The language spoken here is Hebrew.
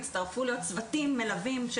והצטרפו לעוד צוותים מלווים,